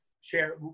share